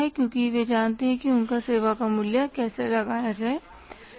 क्योंकि वे जानते हैं कि उनकी सेवा का मूल्य कैसे लगाया चाहिए